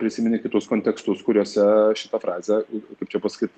prisimeni kitus kontekstus kuriuose šitą frazę kaip čia pasakyt